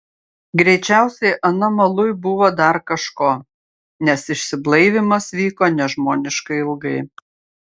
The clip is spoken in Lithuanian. greičiausiai anam aluj buvo dar kažko nes išsiblaivymas vyko nežmoniškai ilgai